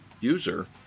user